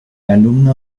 alumno